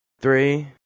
Three